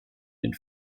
den